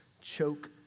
choke